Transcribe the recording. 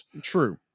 true